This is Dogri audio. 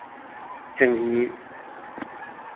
चंगी